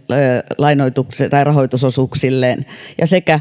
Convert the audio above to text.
rahoitusosuuksilleen sekä